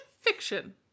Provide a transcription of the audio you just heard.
Fiction